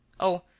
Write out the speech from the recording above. oh,